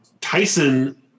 Tyson